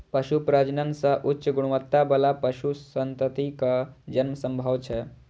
पशु प्रजनन सं उच्च गुणवत्ता बला पशु संततिक जन्म संभव छै